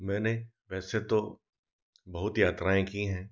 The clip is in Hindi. मैंने वैसे तो बहुत यात्राएँ की हैं